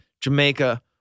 jamaica